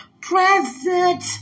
Present